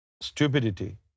stupidity